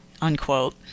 unquote